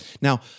Now